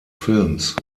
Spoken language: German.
films